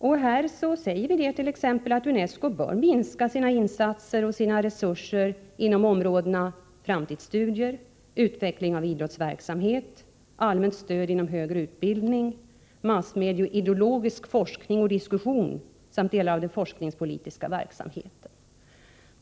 Vi säger där t.ex. att UNESCO bör minska sina insatser och resurser inom områdena framtidsstudier, utveckling av idrottsverksamhet, allmänt stöd inom högre utbildning, massmedieideologisk forskning och diskussion samt delar av den forskningspolitiska verksamheten.